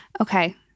Okay